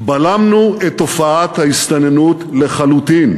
בלמנו את תופעת ההסתננות לחלוטין.